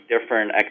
different